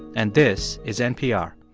and this is npr